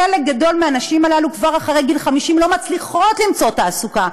חלק גדול מהנשים האלה כבר אחרי גיל 50 לא מצליחות למצוא תעסוקה,